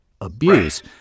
abuse